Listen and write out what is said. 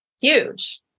huge